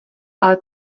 ale